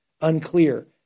unclear